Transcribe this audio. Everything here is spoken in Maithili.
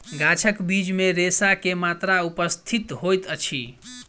गाछक बीज मे रेशा के मात्रा उपस्थित होइत अछि